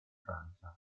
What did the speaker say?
francia